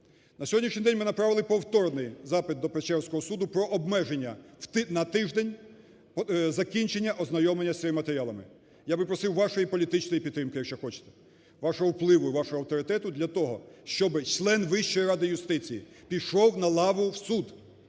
На сьогоднішній день, ми направили повторний запит до Печерського суду про обмеження на тиждень закінчення ознайомлення з цими матеріалами. Я би просив вашої політичної підтримки, якщо хочете, вашого впливу і вашого авторитету для того, щоби член Вищої ради юстиції пішов на лаву в суд,